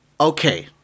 okay